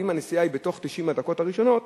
ואם הנסיעה היא בתוך 90 הדקות הראשונות,